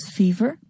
fever